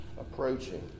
approaching